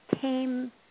came